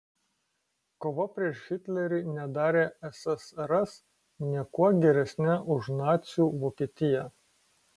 kova prieš hitlerį nedarė ssrs niekuo geresne už nacių vokietiją